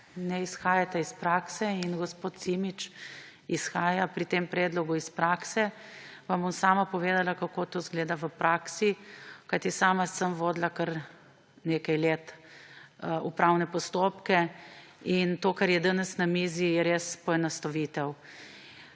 ne izhajate iz prakse in gospod Simič izhaja pri tem predlogu iz prakse, vam bom sama povedala, kako to izgleda v praksi, kajti sama sem kar nekaj let vodila upravne postopke. To, kar je danes na mizi, je res poenostavitev.